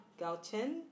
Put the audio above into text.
Galchen